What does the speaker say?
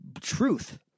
truth